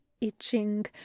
itching